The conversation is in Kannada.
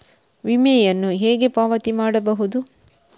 ವಿಮೆಯನ್ನು ಹೇಗೆ ಪಾವತಿ ಮಾಡಬಹುದು?